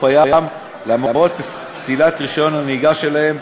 הים למרות פסילת רישיון הנהיגה שלהם,